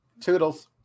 Toodles